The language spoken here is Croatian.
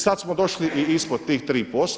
Sada smo došli i ispod tih 3%